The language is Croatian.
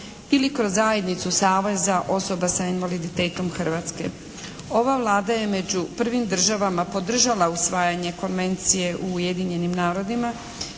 ili kroz zajednicu saveza osoba sa invaliditetom Hrvatske. Ova Vlada je među prvim državama podržala usvajanje konvencije u Ujedinjenim narodima